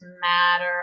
Matter